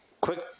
Quick